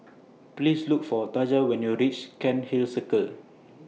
Please Look For Taja when YOU REACH Cairnhill Circle